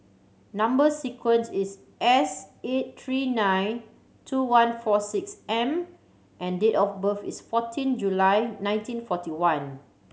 number sequence is S eight three nine two one four six M and date of birth is fourteen July nineteen forty one